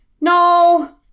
No